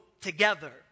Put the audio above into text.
together